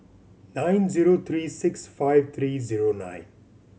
nine zero three six five three zero nine